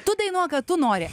tu dainuok ką tu nori